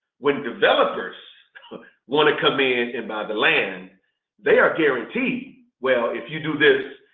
when developers want to come in and buy the land they are guaranteed well, if you do this,